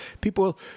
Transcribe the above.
people